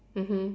mmhmm